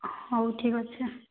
ହଉ ଠିକ୍ ଅଛେ